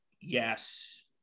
yes